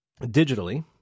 digitally